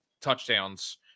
touchdowns